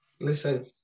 listen